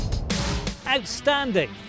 Outstanding